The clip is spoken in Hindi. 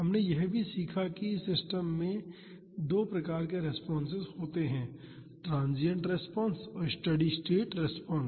हमने यह भी सीखा कि इस सिस्टम में दो प्रकार के रिस्पांस होते है ट्रांसिएंट रिस्पांस और स्टेडी स्टेट रिस्पांस